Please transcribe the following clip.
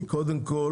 קודם כל